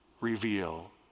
reveal